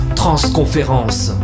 transconférence